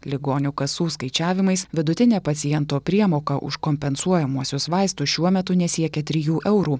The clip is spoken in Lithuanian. ligonių kasų skaičiavimais vidutinė paciento priemoka už kompensuojamuosius vaistus šiuo metu nesiekia trijų eurų